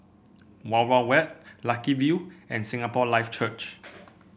Wild Wild Wet Lucky View and Singapore Life Church